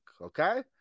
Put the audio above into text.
okay